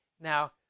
Now